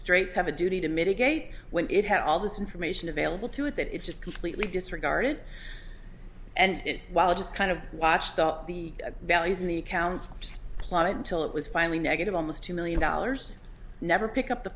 straights have a duty to mitigate when it had all this information available to it that it's just completely disregarded and while just kind of watched the values in the county plot until it was finally negative almost two million dollars never pick up the